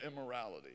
immorality